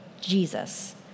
Jesus